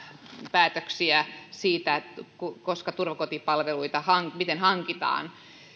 päätöksiä siitä miten turvakotipalveluita hankitaan hankitaan